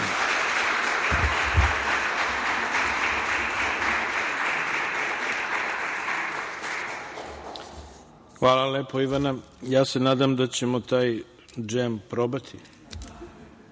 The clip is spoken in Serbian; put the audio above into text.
Hvala lepo, Ivana. Ja se nadam da ćemo taj džem probati,